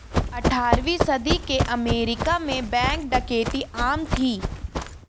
अठारहवीं सदी के अमेरिका में बैंक डकैती आम थी